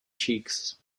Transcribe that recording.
cheeks